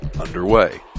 Underway